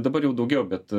dabar jau daugiau bet